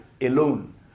alone